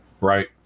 right